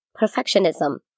perfectionism